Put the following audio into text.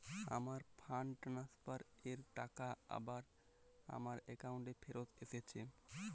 আমার fund transfer এর টাকা আবার আমার একাউন্টে ফেরত এসেছে